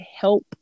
help